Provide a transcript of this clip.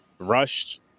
Rushed